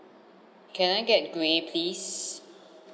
can I get grey please